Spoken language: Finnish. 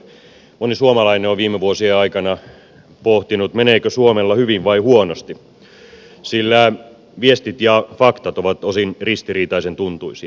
moni suomalainen on viime vuosien aikana pohtinut meneekö suomella hyvin vai huonosti sillä viestit ja faktat ovat osin ristiriitaisen tuntuisia